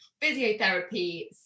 physiotherapy